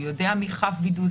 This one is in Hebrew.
הוא יודע מי חב בידוד,